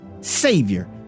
Savior